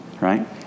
Right